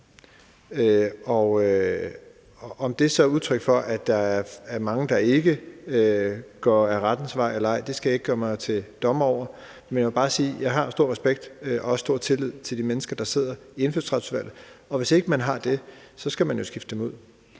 Om det så er udtryk for, at der er mange, der ikke går rettens vej, eller ej, skal jeg ikke gøre mig til dommer over, men jeg må bare sige, at jeg har stor respekt for og også stor tillid til de mennesker, der sidder i Indfødsretsudvalget. Og hvis ikke man har det, skal man jo skifte dem ud.